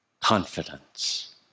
Confidence